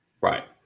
right